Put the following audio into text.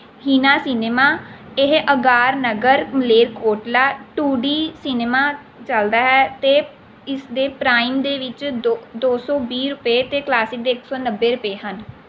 Heena cinema ਇਹ ਆਗਾਰ ਨਗਰ ਮਲੇਰਕੋਟਲਾ ਟੂਡੀ ਸਿਨੇਮਾ ਚੱਲਦਾ ਹੈ ਅਤੇ ਇਸਦੇ ਪ੍ਰਾਈਮ ਦੇ ਵਿੱਚ ਦੋ ਦੋ ਸੌ ਵੀਹ ਰੁਪਏ ਅਤੇ ਕਲਾਸਿਕ ਦੇ ਇੱਕ ਸੌ ਨੱਬੇ ਰੁਪਏ ਹਨ